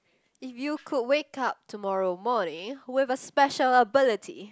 if you could wake up tomorrow morning with a special ability